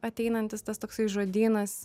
ateinantis tas toksai žodynas